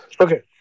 Okay